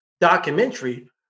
documentary